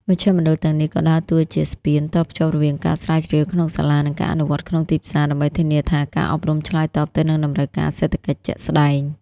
មជ្ឈមណ្ឌលទាំងនេះក៏ដើរតួជា "ស្ពាន" តភ្ជាប់រវាងការស្រាវជ្រាវក្នុងសាលា និងការអនុវត្តក្នុងទីផ្សារ ដើម្បីធានាថាការអប់រំឆ្លើយតបទៅនឹងតម្រូវការសេដ្ឋកិច្ចជាក់ស្ដែង។